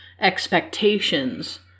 expectations